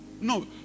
No